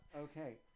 Okay